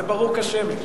זה ברור כשמש.